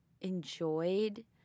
enjoyed